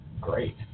great